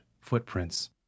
footprints